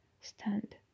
Stand